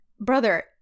brother